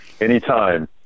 anytime